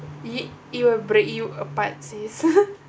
it it will break you apart sis